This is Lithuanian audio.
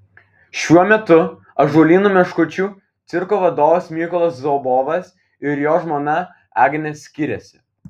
šiuo metu ąžuolyno meškučių cirko vadovas mykolas zobovas ir jo žmona agnė skiriasi